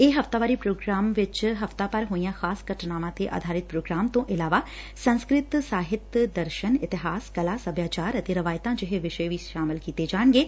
ਇਹ ਹਫ਼ਤਾਵਾਰੀ ਪ੍ਰੋਗਰਾਮ ਵਿਚ ਹਫ਼ਤਾ ਭਰ ਹੋਈਆਂ ਖਾਸ ਘਟਨਾਵਾਂ ਤੇ ਆਧਾਰਿਤ ਪ੍ਰੋਗਰਾਮਾਂ ਤੋਂ ਇਲਾਵਾ ਸੰਸਕ੍ਤਿਤ ਸਾਹਿਤ ਦਰਸ਼ਨ ਇਤਿਹਾਸ ਕਲਾ ਸਭਿਆਚਾਰ ਅਤੇ ਰਵਾਇਤਾ ਜਿਹੇ ਵਿਸ਼ੇ ਵੀ ਸ਼ਾਮਲ ਕੀਤੇ ਜਾਣਗੇ